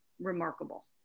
remarkable